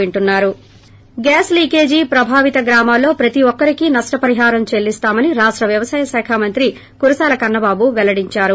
break gas leakage ప్రభావిత గ్రామాల్లో ప్రతి ఒక్కరికీ నష్టపరిహారం చెల్లిస్తామని రాష్ట వ్యవసాయ శాఖ మంత్రి కురసాల కన్న బాబు పెల్లడించారు